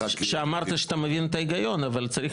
שאמרת שאתה מבין את ההיגיון אבל צריך